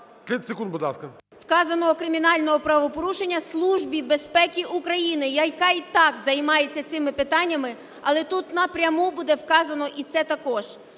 ...вказаного кримінального правопорушення Службі безпеки України, яка і так займається цими питаннями, але тут напряму буде вказано і це також.